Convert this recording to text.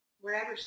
Wherever